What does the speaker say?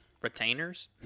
retainers